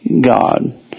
god